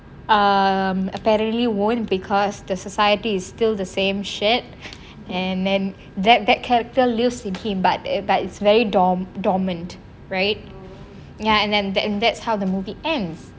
um apparently won't because the society's still the same shit and then that that character loosely came but it but it's very dorm dormant right ya and then that that's how the movie ends